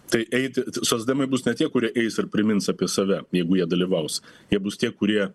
tai eiti socdemai bus ne tie kurie eis ir primins apie save jeigu jie dalyvaus jie bus tie kurie